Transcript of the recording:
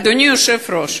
אדוני היושב-ראש,